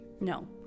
No